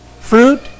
fruit